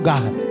God